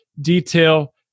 detail